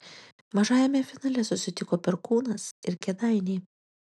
mažajame finale susitiko perkūnas ir kėdainiai